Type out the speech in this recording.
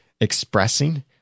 expressing